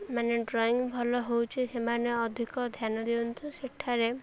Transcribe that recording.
ମାନେ ଡ୍ରଇଂ ଭଲ ହେଉଛି ସେମାନେ ଅଧିକ ଧ୍ୟାନ ଦିଅନ୍ତୁ ସେଠାରେ